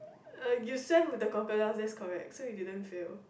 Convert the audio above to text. uh you swam with the crocodiles that's correct so you didn't fail